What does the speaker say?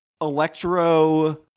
electro